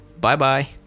Bye-bye